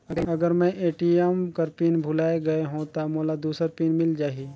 अगर मैं ए.टी.एम कर पिन भुलाये गये हो ता मोला दूसर पिन मिल जाही?